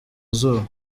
izuba